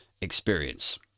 experience